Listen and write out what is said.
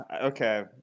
Okay